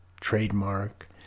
trademark